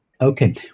Okay